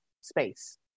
space